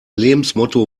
lebensmotto